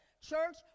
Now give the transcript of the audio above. Church